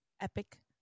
Epic